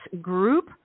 group